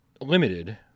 limited